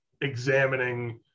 examining